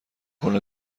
کنه